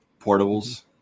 Portables